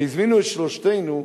והזמינו את שלושתנו.